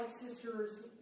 sisters